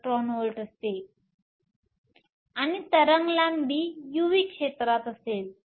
4 ev असते आणि तरंग लांबी UV क्षेत्रात असेल